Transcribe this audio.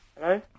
Hello